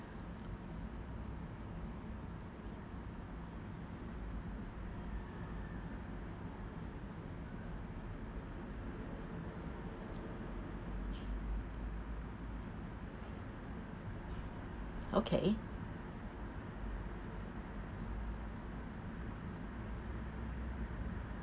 okay